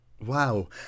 Wow